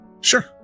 Sure